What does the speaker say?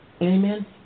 Amen